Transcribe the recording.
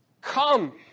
come